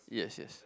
yes yes